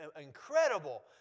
incredible